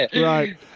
Right